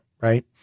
right